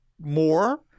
more